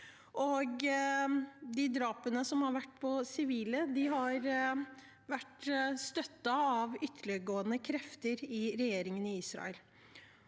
Drapene på sivile har vært støttet av ytterliggående krefter i regjeringen i Israel.